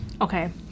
okay